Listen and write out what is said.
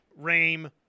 Rame